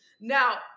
Now